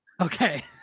Okay